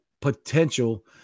potential